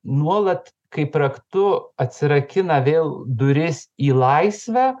nuolat kaip raktu atsirakina vėl duris į laisvę